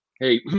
hey